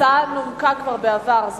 הצעת החוק נומקה כבר בעבר,